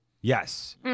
Yes